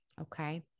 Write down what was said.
okay